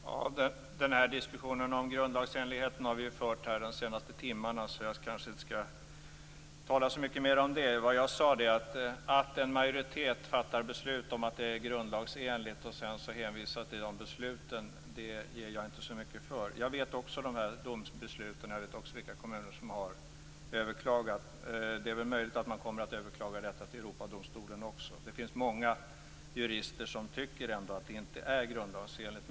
Fru talman! Den här diskussionen om grundlagsenligheten har vi fört de senaste timmarna. Jag kanske inte skall tala så mycket mer om det. Vad jag sade var att en majoritet fattar beslut om att det är grundlagsenligt och sedan hänvisar till de besluten. Det ger jag inte så mycket för. Jag känner också till domstolsbesluten. Jag vet också vilka kommuner som har överklagat. Det är möjligt att man också kommer att överklaga detta till Europadomstolen. Det finns många jurister som ändå tycker att det inte är grundlagsenligt.